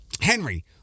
Henry